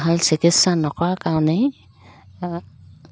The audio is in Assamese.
ভাল চিকিৎসা নকৰাৰ কাৰণেই